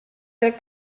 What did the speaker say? der